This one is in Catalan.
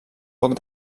poc